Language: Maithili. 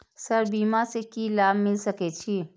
सर बीमा से की लाभ मिल सके छी?